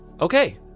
Okay